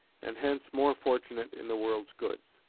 and hence more fortunate in the world's goods.